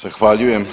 Zahvaljujem.